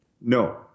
No